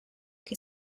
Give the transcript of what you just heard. che